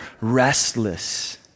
restless